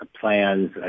plans